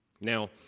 Now